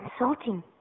insulting